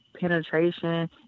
penetration